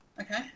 Okay